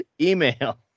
Email